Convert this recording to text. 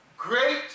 Great